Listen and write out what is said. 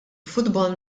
futbol